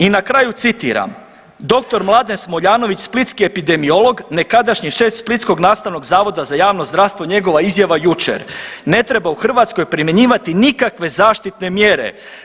I na kraju citiram dr. Mladen Smoljanović splitski epidemiolog, nekadašnji šef splitskog nastavnog Zavoda za javno zdravstvo njegova izjava jučer: „Ne treba u Hrvatskoj primjenjivati nikakve zaštitne mjere.